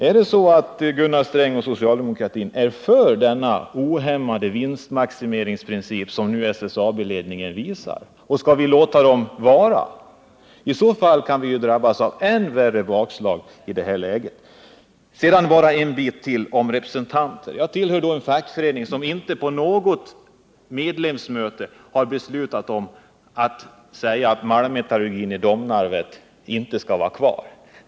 Är det så att Gunnar Sträng och socialdemokratin i övrigt är för den princip om ohämmad vinstmaximering som SSAB-ledningen talar för, och skall vi låta ledningen fortsätta att arbeta efter den, ja, i så fall kan vi drabbas av än värre bakslag. Sedan bara några ord till om representanter. Jag tillhör en fackförening som inte på något medlemsmöte har beslutat att säga att malmmetallurgin i Domnarvet inte skall vara kvar.